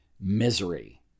misery